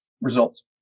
results